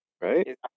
right